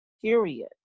period